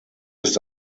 ist